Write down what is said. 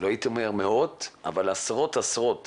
לא הייתי אומר מאות, אבל עשרות חולים